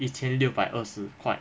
一千六百二十块